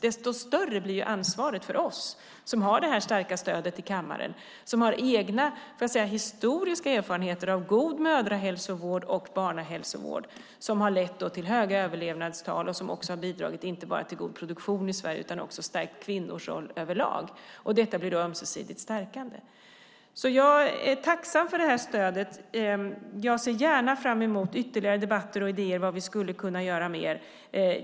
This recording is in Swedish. Desto större blir ansvaret för oss som har det här starka stödet i kammaren, som så att säga har egna historiska erfarenheter av god mödrahälsovård och barnhälsovård som har lett till höga överlevnadstal och som också har bidragit, inte bara till god produktion i Sverige utan också stärkt kvinnors roll över lag. Detta blir då ömsesidigt stärkande. Jag är tacksam för det här stödet. Jag ser gärna fram emot ytterligare debatter och idéer om vad vi skulle kunna göra mer.